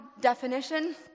definition